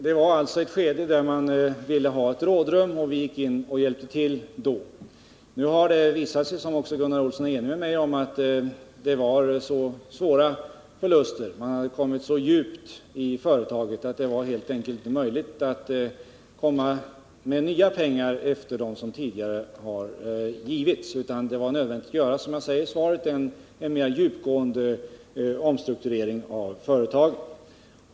Det gällde alltså ett skede då man ville ha rådrum och vi gick därför in och hjälpte. Som Gunnar Olsson är enig med mig om har det visat sig att företaget vidkänts så svåra förluster att det helt enkelt inte har varit möjligt att komma med nya pengar efter dem som tidigare har betalats ut. Det är, som jag framhållit i svaret, nödvändigt att göra en mera djupgående omstrukturering av företaget.